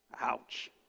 Ouch